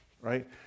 right